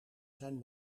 zijn